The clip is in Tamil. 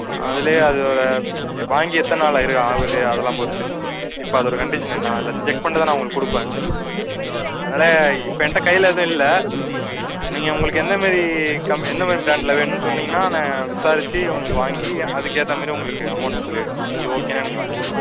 அதுலேயே அது ஒரு எ வாங்கி எத்தனை நாள் ஆகிரு ஆகுது அதெல்லாம் பொறுத்து இப்போ அதோடய கண்டிஷன் என்ன எல்லாத்தையும் செக் பண்ணிவிட்டு தான் நான் உங்களுக்கு கொடுப்பேன் அதனால இப்போ என்கிட்ட கையில் ஏதுவும் இல்லை நீங்கள் உங்களுக்கு எந்தமாரி கம் எந்தமாரி பிராண்ட்டில் வேணுன்னு சொன்னிங்கன்னால் நான் விசாரிச்சு உங்களுக்கு வாங்கி அதுக்கேற்றமேரி உங்களுக்கு அமௌண்ட் சொல்லிடுவேன் உங்களுக்கு ஓகேன்னா நீங்கள் வாய்ங்கிகலாம்